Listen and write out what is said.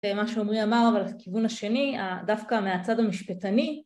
ומה שעומרי אמר על הכיוון השני, דווקא מהצד המשפטני